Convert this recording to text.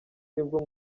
nibwo